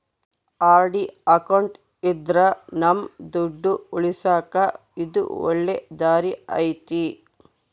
RD account ಇದ್ರ ನಮ್ ದುಡ್ಡು ಉಳಿಸಕ ಇದು ಒಳ್ಳೆ ದಾರಿ ಐತಿ